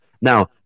Now